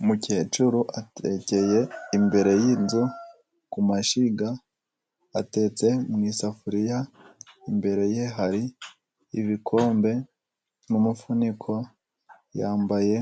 Umukecuru atekeye imbere y'inzu, ku mashyiga atetse mu isafuriya imbere ye hari ibikombe, n'umufuniko yambaye